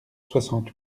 soixante